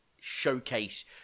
showcase